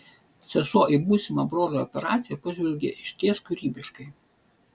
sesuo į būsimą brolio operaciją pažvelgė išties kūrybiškai